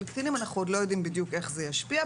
קטינים אנחנו עוד לא יודעים בדיוק איך זה ישפיע.